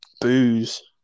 booze